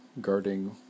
guarding